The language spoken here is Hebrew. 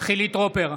חילי טרופר,